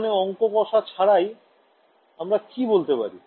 এখানে অঙ্ক কষা ছাড়াই আমরা কি বলতে পারি